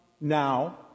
now